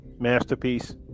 Masterpiece